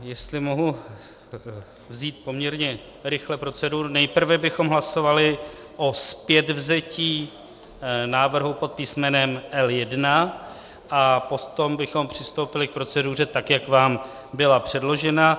Jestli mohu vzít poměrně rychle proceduru, nejprve bychom hlasovali o zpětvzetí návrhu pod písmenem L1 a potom bychom přistoupili k proceduře, tak jak vám byla předložena.